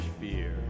fear